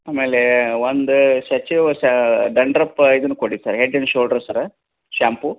ಆಮೇಲೇ ಒಂದು ಶಶಿ ವಾಶಾ ಡಂಡ್ರಪ್ಪಾ ಇದನ್ನು ಕೊಡಿ sir head and shoulders sir shampoo